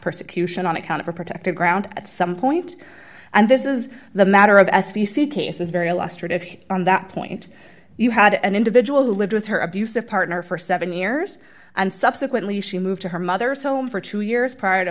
persecution on account of a protected ground at some point and this is the matter of s p c case is very illustrative on that point you had an individual who lived with her abusive partner for seven years and subsequently she moved to her mother's home for two years prior to